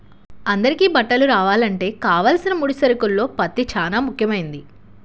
అందరికీ బట్టలు రావాలంటే కావలసిన ముడి సరుకుల్లో పత్తి చానా ముఖ్యమైంది